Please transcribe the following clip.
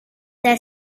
their